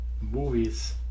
Movies